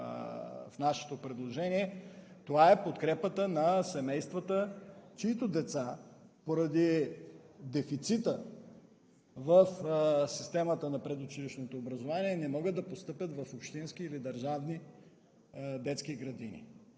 в нашето предложение – подкрепата на семействата, чиито деца поради дефицита в системата на предучилищното образование не могат да постъпят в общински или държавни детски градини.